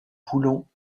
voulons